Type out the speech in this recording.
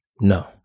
No